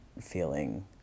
feeling